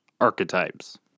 archetypes